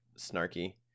snarky